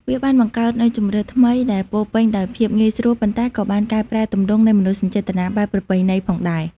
វាបានបង្កើតនូវជម្រើសថ្មីដែលពោរពេញដោយភាពងាយស្រួល ប៉ុន្តែក៏បានកែប្រែទម្រង់នៃមនោសញ្ចេតនាបែបប្រពៃណីផងដែរ។